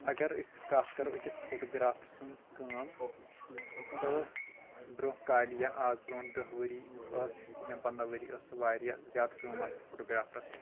اگر أسۍ کتھ کرو أکِس فوٹوگرافہٕ سٕنٛد کٲم سۄ ٲس برٛونٛہہ کالہِ یا آز برٛونٛٹھ دہ ؤری ٲس یا پنٛدہ ؤری ٲس واریاہ زیادٕ کٲم آسان فوٹو گرافرس